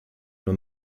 nur